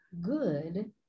good